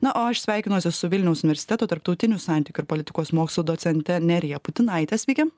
na o aš sveikinuosi su vilniaus universiteto tarptautinių santykių politikos mokslų docente nerija putinaite sveiki